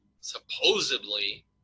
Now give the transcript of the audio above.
supposedly